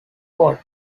code